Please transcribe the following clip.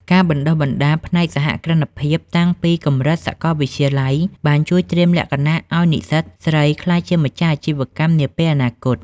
ការបណ្តុះបណ្តាលផ្នែកសហគ្រិនភាពតាំងពីកម្រិតសកលវិទ្យាល័យ បានជួយត្រៀមលក្ខណៈឱ្យនិស្សិតស្រីក្លាយជាម្ចាស់អាជីវកម្មនាពេលអនាគត។